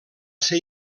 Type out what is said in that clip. ser